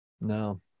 No